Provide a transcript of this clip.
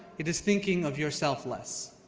it is thinking of yourself less.